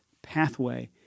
pathway